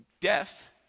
Death